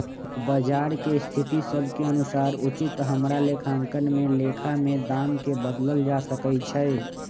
बजार के स्थिति सभ के अनुसार उचित हमरा लेखांकन में लेखा में दाम् के बदलल जा सकइ छै